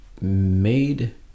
made